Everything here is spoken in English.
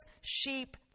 sheep